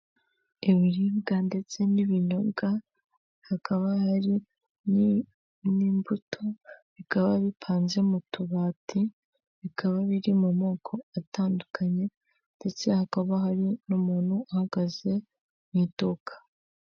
Ibiribwa ndetse n'ibinyobwa hakaba hari n'imbuto bikaba bipanze mu tubati bikaba biri mu moko atandukanye, ndetse hakaba hari n'umuntu uhagaze mu iduka.